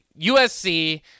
USC